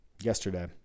yesterday